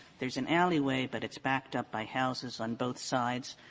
there's an alleyway, but it's backed up by houses on both sides.